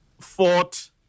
fought